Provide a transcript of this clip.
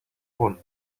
bun